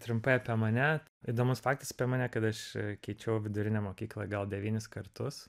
trumpai apie mane įdomus faktas per mane kad aš keičiau vidurinę mokyklą gal devynis kartus